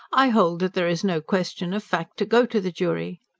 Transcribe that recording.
i hold that there is no question of fact to go to the jury.